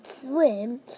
swim